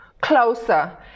closer